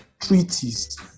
treaties